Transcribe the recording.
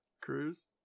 cruise